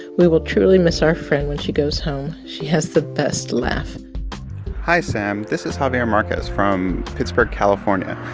we will truly miss our friend when she goes home. she has the best laugh hi, sam. this is javier marquez from pittsburg, calif. ah and